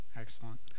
Excellent